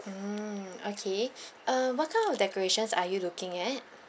mm okay uh what kind of decorations are you looking at